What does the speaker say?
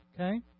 Okay